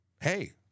hey